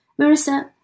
Marissa